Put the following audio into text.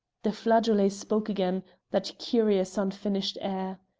the flageolet spoke again that curious unfinished air.